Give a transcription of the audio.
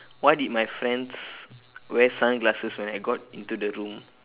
why did my friends wear sunglasses when I got into the room